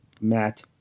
Matt